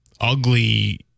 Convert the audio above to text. ugly